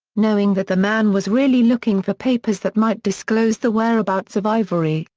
knowing that the man was really looking for papers that might disclose the whereabouts of ivory,